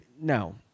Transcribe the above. no